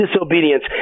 disobedience